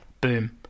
boom